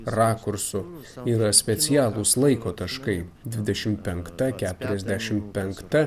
rakursu yra specialūs laiko taškai dvidešimt penkta keturiasdešimt penkta